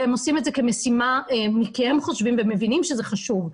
והם עושים את זה כמשימה כי הם חושבים ומבינים שזה חשוב.